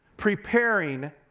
preparing